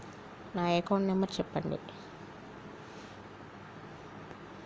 నా account number చెప్పండి?